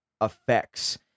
effects